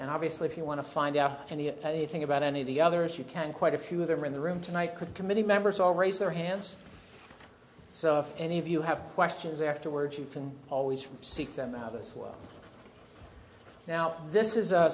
and obviously if you want to find out any of anything about any of the others you can quite a few of them are in the room tonight could committee members all raise their hands so if any of you have questions afterwards you can always seek them out as well now this is a